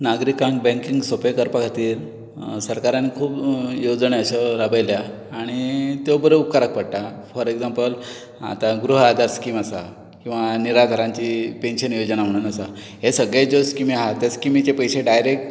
नागरिकांक बेंकींग सोंपें करपा खातीर सरकारान खूब योवजणी अश्यो राबयल्यात आणी त्यो बऱ्यो उपकाराक पडटा फॉर एग्जांपल आतां ग्रुह आधार स्किम आसा किंवा निराधरांची पेन्शन योजना म्हणून आसा हे सगळें ज्यो स्किमी आहात त्यो स्किमिंचे पयशे डायरेक्ट